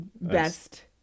best